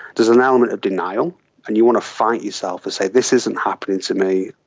there's an element of denial and you want to fight yourself and say this isn't happening to me,